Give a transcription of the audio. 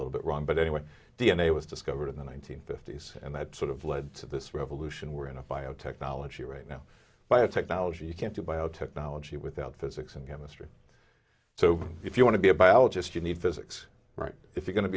little bit wrong but anyway d n a was discovered in the one nine hundred fifty s and that sort of led to this revolution we're in a biotechnology right now biotechnology can't do biotechnology without physics and chemistry so if you want to be a biologist you need physics right if you going to